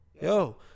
yo